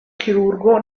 chirurgo